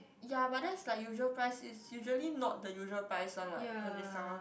ya but that's like usual price it's usually not the usual price one what when they sell